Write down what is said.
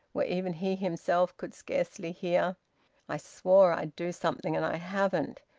where even he himself could scarcely hear i swore i'd do something, and i haven't.